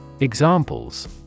Examples